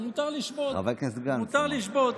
מותר לשבות, מותר לשבות.